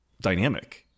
dynamic